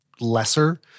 Lesser